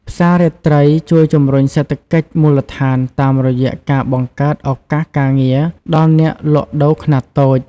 ផ្សាររាត្រីជួយជំរុញសេដ្ឋកិច្ចមូលដ្ឋាន តាមរយៈការបង្កើតឱកាសការងារដល់អ្នកលក់ដូរខ្នាតតូច។